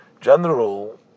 general